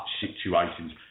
situations